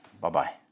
Bye-bye